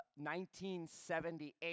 1978